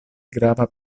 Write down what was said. grava